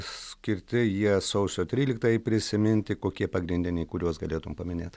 skirti jie sausio tryliktajai prisiminti kokie pagrindiniai kuriuos galėtum paminėt